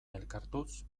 elkartuz